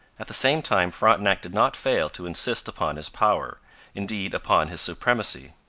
at the same time frontenac did not fail to insist upon his power indeed, upon his supremacy.